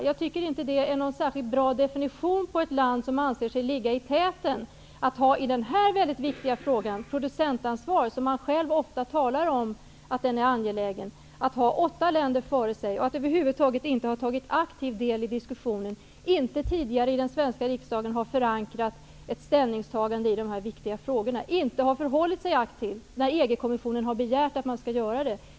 Jag tycker inte att det är särskilt bra för ett land som anser sig ligga i täten att ha åtta länder före sig i den väldigt viktiga frågan om producentansvar. Vi talar själva ofta om att det är en angelägen fråga. Vi har över huvud taget inte tagit aktiv del i diskussionen. Vi har inte tidigare förankrat ett ställningstagande i dessa viktiga frågor i den svenska riksdagen, och vi har inte varit aktiva när EG-kommissionen har begärt det.